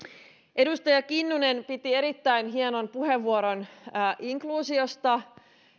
edustaja kinnunen piti erittäin hienon puheenvuoron inkluusiosta